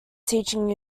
teaching